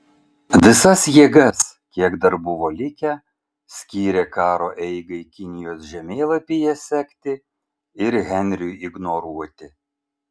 visas jėgas kiek dar buvo likę skyrė karo eigai kinijos žemėlapyje sekti ir henriui ignoruoti